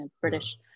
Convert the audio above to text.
British